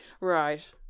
Right